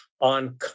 on